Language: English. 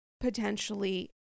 potentially